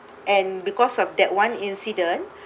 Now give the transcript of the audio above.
and because of that one incident